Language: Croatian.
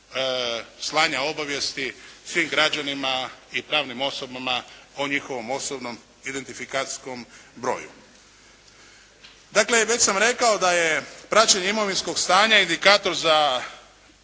slanja obavijesti svim građanima i pravnim osobama o njihovom osobnom identifikacijskom broju. Dakle, već sam rekao da je praćenje imovinskog stanja indikator i